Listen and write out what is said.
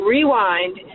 Rewind